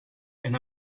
and